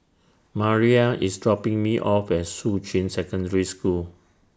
Mariah IS dropping Me off At Shuqun Secondary School